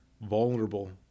vulnerable